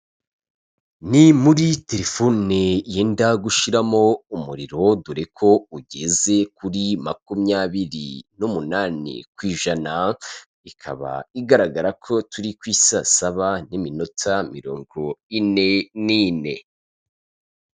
Ni muri telefone yenda gushiramo umuriro dore ko ugeze kuri makumyabiri n'umunani kw'ijana ikaba igaragara ko turi ku i saa saba n'iminota mirongo ine n'ine.